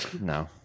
no